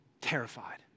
terrified